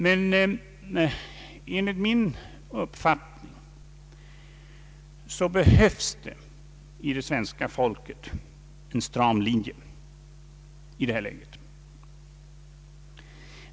Men enligt min uppfattning behöver svenska folket en stram linje i detta läge.